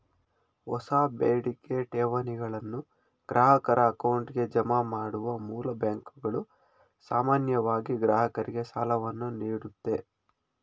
ಹೊಸ ಬೇಡಿಕೆ ಠೇವಣಿಗಳನ್ನು ಗ್ರಾಹಕರ ಅಕೌಂಟ್ಗೆ ಜಮಾ ಮಾಡುವ ಮೂಲ್ ಬ್ಯಾಂಕ್ಗಳು ಸಾಮಾನ್ಯವಾಗಿ ಗ್ರಾಹಕರಿಗೆ ಸಾಲವನ್ನು ನೀಡುತ್ತೆ